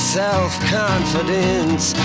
self-confidence